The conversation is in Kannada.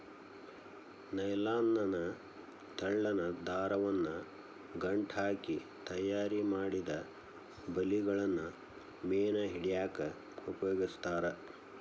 ನೈಲಾನ ನ ತೆಳ್ಳನ ದಾರವನ್ನ ಗಂಟ ಹಾಕಿ ತಯಾರಿಮಾಡಿದ ಬಲಿಗಳನ್ನ ಮೇನ್ ಹಿಡ್ಯಾಕ್ ಉಪಯೋಗಸ್ತಾರ